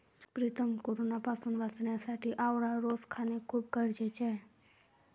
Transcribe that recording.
प्रीतम कोरोनापासून वाचण्यासाठी आवळा रोज खाणे खूप गरजेचे आहे